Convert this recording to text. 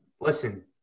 listen